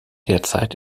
derzeit